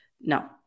no